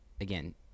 again